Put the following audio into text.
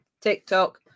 TikTok